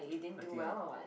nothing ah